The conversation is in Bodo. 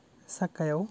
साखायाव